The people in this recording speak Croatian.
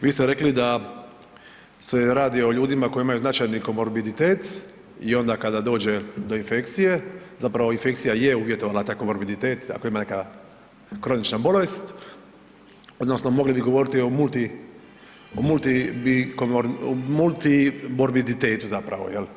Vi ste rekli da se radi o ljudima koji imaju značajan komorbiditet i onda kada dođe do infekcije, zapravo infekcija je uvjetovala taj komorbiditet, ako ima neka kronična bolest, odnosno mogli bi govoriti o multi, o multi bi, multimorbiditetu, zapravo, je li?